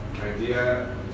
Idea